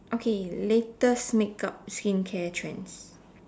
okay latest makeup skincare trends